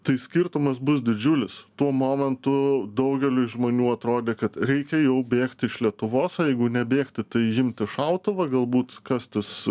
tai skirtumas bus didžiulis tuo momentu daugeliui žmonių atrodė kad reikia jau bėgti iš lietuvos o jeigu ne bėgti tai imti šautuvą galbūt kas tas